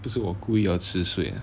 不是我我故意要迟睡